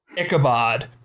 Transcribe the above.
Ichabod